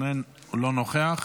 הוא לא נוכח.